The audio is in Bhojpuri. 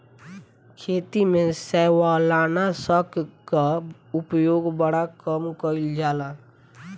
खेती में शैवालनाशक कअ उपयोग बड़ा कम कइल जाला